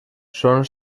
són